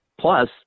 Plus